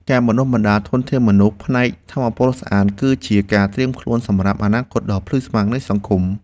ការបណ្តុះបណ្តាលធនធានមនុស្សផ្នែកថាមពលស្អាត គឺជាការត្រៀមខ្លួនសម្រាប់អនាគតដ៏ភ្លឺស្វាងនៃសង្គម។